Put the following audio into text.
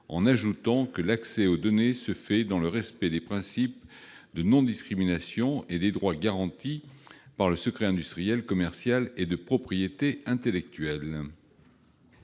en ajoutant que l'accès aux données se fait « dans le respect des principes de non-discrimination et des droits garantis par le secret industriel, commercial et de propriété intellectuelle